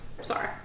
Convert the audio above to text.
Sorry